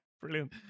Brilliant